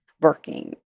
working